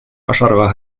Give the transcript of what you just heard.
ашарга